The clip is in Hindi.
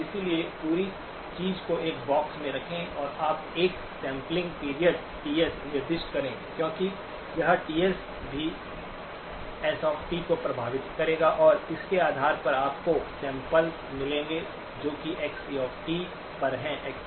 इसलिए पूरी चीज़ को एक बॉक्स में रखें और आप एक सैंपलिंग पीरियड टीएस निर्दिष्ट करें क्योंकि यह टीएस भी एस टी s को प्रभावित करेगा और इसके आधार पर आपको सैम्पल्स मिलेंगे जो कि xc पर हैं